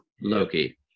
loki